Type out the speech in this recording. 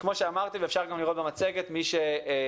כמו שאמרתי ואפשר גם לראות במצגת, מי שבזום,